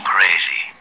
Crazy